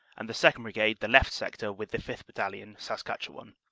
and the second. brigade the left sector with the fifth. battalion, saskatchewan.